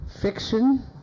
fiction